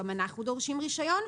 גם אנחנו דורשים רישיון',